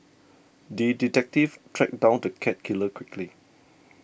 the detective tracked down the cat killer quickly